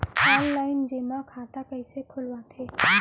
Online जेमा खाता कइसे खोलवाथे?